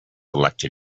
elected